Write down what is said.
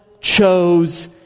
chose